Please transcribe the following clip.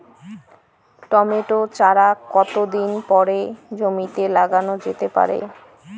Tomato চারা কতো দিন পরে জমিতে লাগানো যেতে পারে?